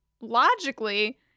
logically